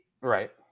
right